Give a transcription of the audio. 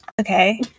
Okay